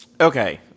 okay